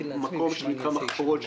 במקום שנקרא מחפורות,